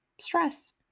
stress